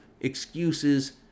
excuses